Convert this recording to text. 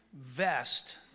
vest